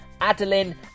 Adeline